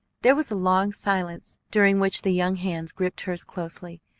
there was a long silence during which the young hands gripped hers closely,